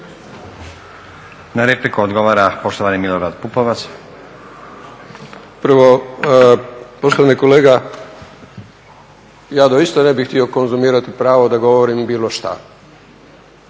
Na repliku odgovara poštovani Milorad Pupovac. **Pupovac, Milorad (SDSS)** Prvo, poštovani kolega ja doista ne bih htio konzumirati pravo da govorim bilo što